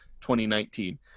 2019